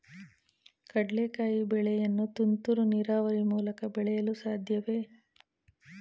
ಕಡ್ಲೆಕಾಯಿ ಬೆಳೆಯನ್ನು ತುಂತುರು ನೀರಾವರಿ ಮೂಲಕ ಬೆಳೆಯಲು ಸಾಧ್ಯವೇ?